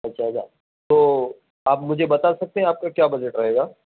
اچھا اچھا تو آپ مجھے بتا سکتے ہیں آپ کا کیا بجٹ رہے گا